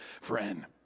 friend